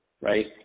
right